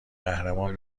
قهرمان